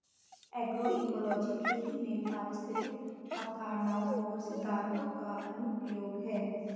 agroecology खेती में पारिस्थितिक अवधारणाओं और सिद्धांतों का अनुप्रयोग है